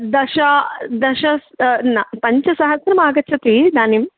दश दश स न पञ्च सहस्रमागच्छति इदानीं